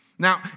Now